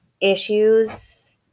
issues